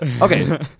Okay